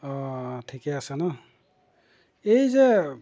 অঁ ঠিকে আছে ন এই যে